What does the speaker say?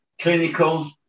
clinical